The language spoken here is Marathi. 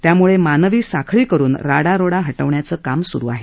त्याम्ळे मानवी साखळी करुन राडा रोडा हटवण्याचं काम सुरु आहे